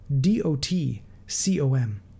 D-O-T-C-O-M